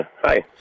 Hi